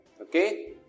Okay